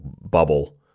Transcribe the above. bubble